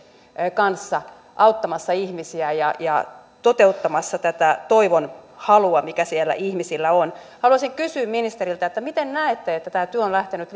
kanssa auttamassa ihmisiä ja ja toteuttamassa tätä toivon halua mikä siellä ihmisillä on haluaisin kysyä ministeriltä miten näette että tämä työ on lähtenyt